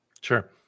Sure